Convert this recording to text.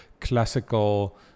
classical